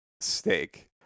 steak